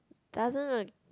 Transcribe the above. doesn't a